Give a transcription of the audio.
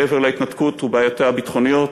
מעבר להתנתקות ובעיותיה הביטחוניות,